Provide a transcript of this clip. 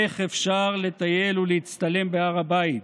איך אפשר לטייל ולהצטלם בהר הבית?